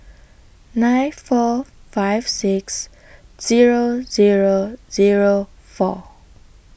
nine four five six Zero Zero Zero four